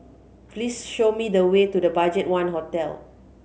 please show me the way to the BudgetOne Hotel